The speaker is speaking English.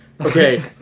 okay